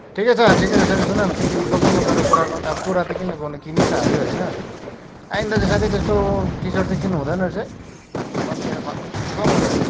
ठिकै छ ठिकै छ साथी सुन न त्यो तिमी दोकानमा गएर कुरा गर अब कुरा त किन गर्ने किनि त हाल्यो होइन आइन्दा चाहिँ साथी त्यस्तो टि सर्ट चाहिँ किन्नु हुँदैन रहेछ है तन्केर खत्तम हुने रहेछ